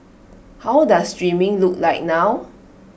how does streaming look like now